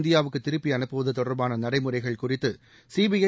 இந்தியாவத்து திருப்பி அனுப்புவது அவரை தொடர்பான் நடைமுறைகள் குறித்து சி பி ஐ